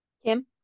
Kim